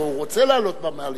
הרי הוא רוצה לעלות במעלית.